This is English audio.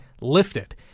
lifted